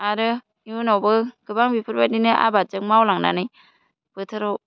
आरो इयुनावबो गोबां बेफोरबायदिनो आबादजों मावलांनानै बोथोराव